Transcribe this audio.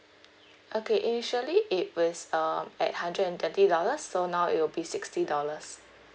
okay initially it was um at hundred and twenty dollars so now it will be sixty dollars